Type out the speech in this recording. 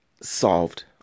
solved